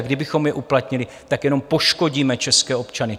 Kdybychom je uplatnili, tak jenom poškodíme české občany.